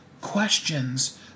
questions